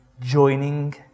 joining